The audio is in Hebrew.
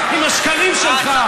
תפסיק כבר עם השקרים שלך.